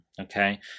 Okay